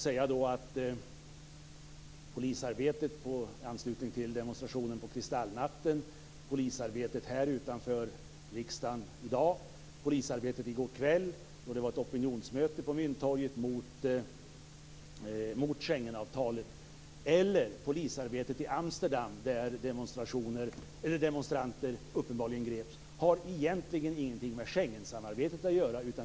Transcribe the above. Herr talman! Polisarbetet i anslutning till demonstrationen till minne av kristallnatten, polisarbetet utanför riksdagen i dag, polisarbetet vid opinionsmötet mot Schengenavtalet på Mynttorget i går kväll och polisarbetet i Amsterdam, där demonstranter uppenbarligen greps, har egentligen ingenting med Schengensamarbetet att göra.